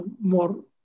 More